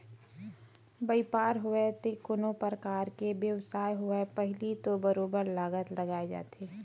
बइपार होवय ते कोनो परकार के बेवसाय होवय पहिली तो बरोबर लागत लगाए जाथे